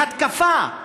להתקפה,